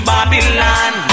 Babylon